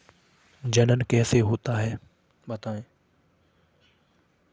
जनन कैसे होता है बताएँ?